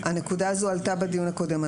הנקודה הזו עלתה בדיון הקודם.